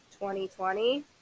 2020